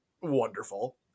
wonderful